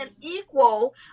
equal